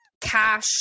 cash